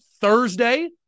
Thursday